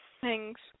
thanks